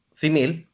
female